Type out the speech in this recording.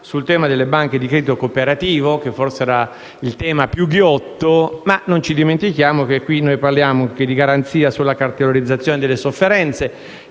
sul tema delle banche di credito cooperativo, che era il tema più ghiotto, ma non ci dimentichiamo che parliamo anche di garanzia sulla cartolarizzazione delle sofferenze